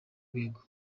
rwego